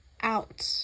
out